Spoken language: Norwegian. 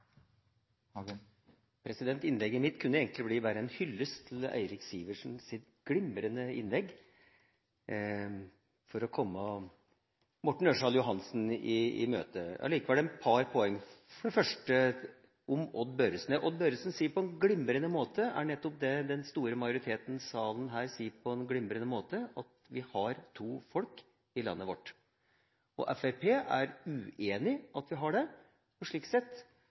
det. Innlegget mitt kunne egentlig bare blitt en hyllest til Eirik Sivertsen for hans glimrende innlegg for å komme Morten Ørsal Johansen i møte. Likevel har jeg et par poeng. For det første om Odd Børretzen. Odd Børretzen sier på en glimrende måte nettopp det den store majoriteten i denne salen sier på en glimrende måte, at vi har to folk i landet vårt. Fremskrittspartiet er uenig i at vi har det. Slik sett